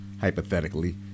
hypothetically